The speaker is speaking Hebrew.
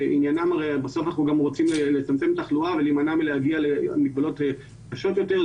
בסוף אנחנו גם רוצים לצמצם תחלואה ולהימנע מלהגיע למגבלות קשות יותר,